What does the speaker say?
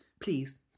please